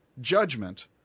judgment